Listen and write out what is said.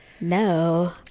No